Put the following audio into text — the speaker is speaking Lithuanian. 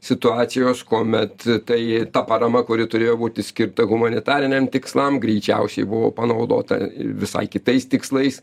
situacijos kuomet tai ta parama kuri turėjo būti skirta humanitariniam tikslam greičiausiai buvo panaudota visai kitais tikslais